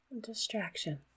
Distraction